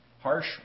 harsh